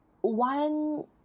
one